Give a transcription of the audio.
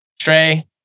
Trey